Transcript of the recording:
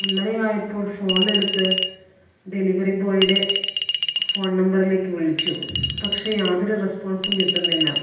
ഒന്നരയായപ്പോൾ phone എടുത്ത് delivery ബോയിയുടെ phone നമ്പറിലേക്ക് വിളിച്ചു പക്ഷെ യാതൊരു റെസ്പോൻസും കിട്ടുന്നില്ല